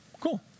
Cool